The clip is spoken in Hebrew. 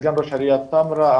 סגן ראש עיריית טמרה,